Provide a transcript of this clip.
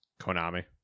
Konami